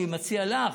אני מציע לך,